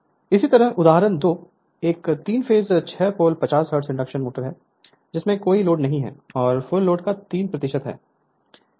Refer Slide Time 0633 इसी तरह उदाहरण 2 एक 3 phase 6 pole 50 hertz induction motor है जिसमें कोई लोड नहीं है और फुल लोड का 3 है